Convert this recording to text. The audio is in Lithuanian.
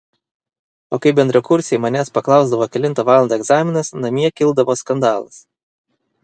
o kai bendrakursiai manęs paklausdavo kelintą valandą egzaminas namie kildavo skandalas